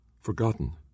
forgotten